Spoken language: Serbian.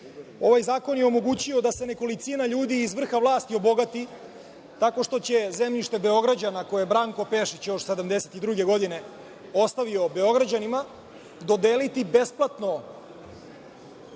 Ovaj zakon je omogućio da se nekolicina ljudi iz vrha vlasti obogati tako što će zemljište Beograđana, koje je Branko Pešić još 1972. godine ostavio Beograđanima, dodeliti besplatno